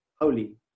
holy